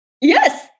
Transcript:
Yes